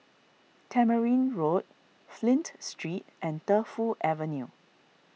Tamarind Road Flint Street and Defu Avenue